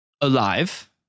alive